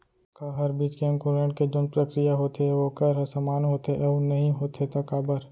का हर बीज के अंकुरण के जोन प्रक्रिया होथे वोकर ह समान होथे, अऊ नहीं होथे ता काबर?